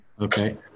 okay